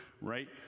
right